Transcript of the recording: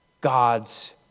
God's